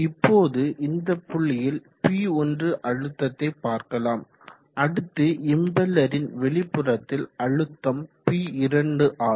இப்போது இந்த புள்ளியில் P1 அழுத்தத்தை பார்க்கலாம் அடுத்து இம்பெல்லரின் வெளிப்புறத்தில் அழுத்தம் P2 ஆகும்